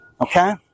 Okay